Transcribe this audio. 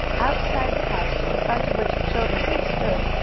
outside the house, in front of which the children then stood,